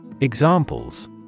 Examples